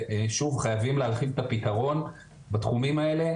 ושוב חייבים להרחיב את הפתרון בתחומים האלה.